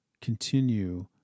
continue